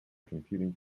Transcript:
computing